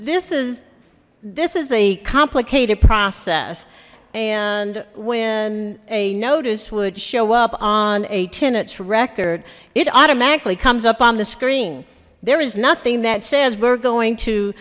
this is this is a complicated process and when a notice would show up on a tenants record it automatically comes up on the screen there is nothing that says we're going to